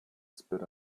spit